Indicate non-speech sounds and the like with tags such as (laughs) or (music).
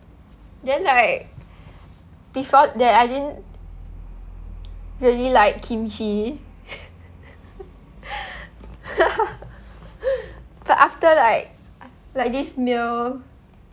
then like (breath) before that I didn't really like kimchi (laughs) but after like like this meal